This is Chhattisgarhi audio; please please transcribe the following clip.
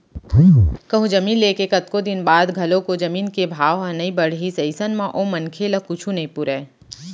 कहूँ जमीन ले के कतको दिन बाद घलोक ओ जमीन के भाव ह नइ बड़हिस अइसन म ओ मनखे ल कुछु नइ पुरय